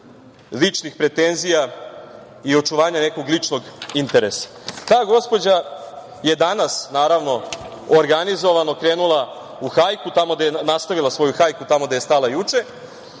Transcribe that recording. ličnih pretenzija i očuvanja nekog ličnog interesa. Ta gospođa je danas, naravno, organizovano krenula u hajku, tamo gde je, nastavila svoju hajku, stala juče,